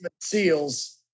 SEALs